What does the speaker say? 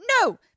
no